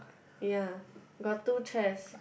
yea got two chairs